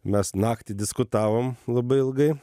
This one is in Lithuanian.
mes naktį diskutavom labai ilgai